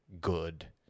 good